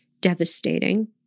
devastating